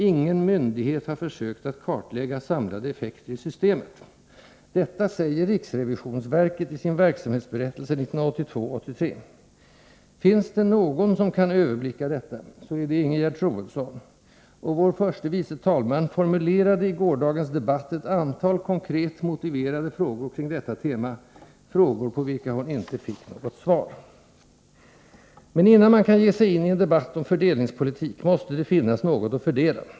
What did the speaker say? ——— Ingen myndighet har försökt att kartlägga samlade effekter i systemet.” Detta säger riksrevisionsverket i sin verksamhetsberättelse 1982/83. Finns det någon som kan överblicka detta, så är det Ingegerd Troedsson. Vår förste vice talman formulerade i gårdagens debatt ett antal konkret motiverade frågor kring detta tema — frågor på vilka hon inte fick något svar. Men innan man kan ge sig in i en debatt om fördelningspolitik måste det finnas något att fördela.